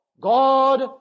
God